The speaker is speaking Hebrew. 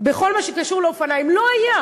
בכל מה שקשור באופניים לא היה.